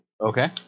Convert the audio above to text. Okay